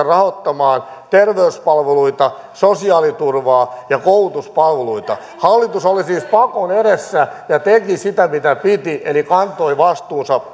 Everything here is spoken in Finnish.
rahoittamaan terveyspalveluita sosiaaliturvaa ja koulutuspalveluita hallitus oli siis pakon edessä ja teki sitä mitä piti eli kantoi vastuunsa